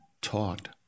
taught